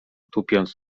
tupiąc